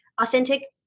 authentic